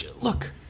Look